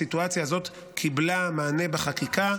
הסיטואציה הזאת קיבלה מענה בחקיקה.